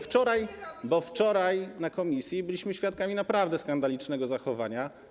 Wczoraj na posiedzeniu komisji byliśmy świadkami naprawdę skandalicznego zachowania.